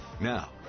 Now